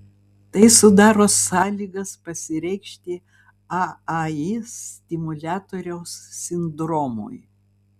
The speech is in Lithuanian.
tai sudaro sąlygas pasireikšti aai stimuliatoriaus sindromui